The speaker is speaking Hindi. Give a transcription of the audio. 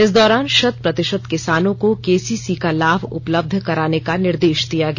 इस दौरान शत प्रतिषत किसानों को केसीसी का लाभ उपलब्ध कराने का निर्देष दिया गया